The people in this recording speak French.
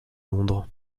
londres